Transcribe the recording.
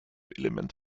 element